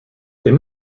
they